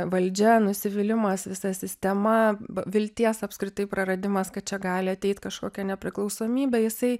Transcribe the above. valdžia nusivylimas visa sistema vilties apskritai praradimas kad čia gali ateit kažkokia nepriklausomybė jisai